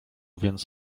więc